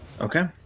Okay